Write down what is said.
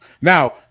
now